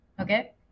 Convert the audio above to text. Okay